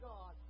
God